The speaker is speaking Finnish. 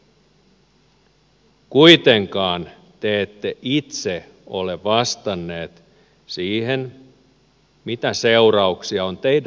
kuitenkaan te ette itse ole vastanneet siihen mitä seurauksia on teidän vaihtoehdollanne